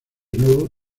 nuevo